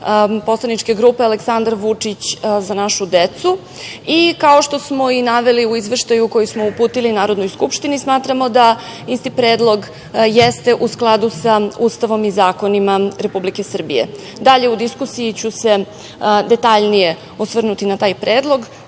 poslaničke grupe „ Aleksandar Vučić – za našu decu“ i kao što smo naveli u izveštaju koji smo uputili Narodnoj skupštini smatramo da isti predlog jeste u skladu sa Ustavom i zakonima Republike Srbije. Dalje u diskusiju ću se detaljnije osvrnuti na taj predlog,